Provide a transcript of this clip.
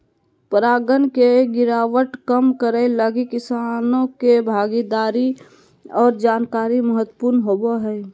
परागण के गिरावट कम करैय लगी किसानों के भागीदारी और जानकारी महत्वपूर्ण होबो हइ